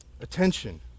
attention